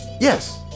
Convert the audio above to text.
Yes